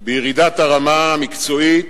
בירידת הרמה המקצועית,